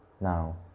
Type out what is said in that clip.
now